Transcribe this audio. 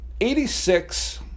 86